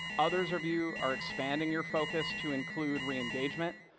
others of you are expanding your focus to include reengagement.